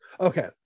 Okay